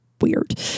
weird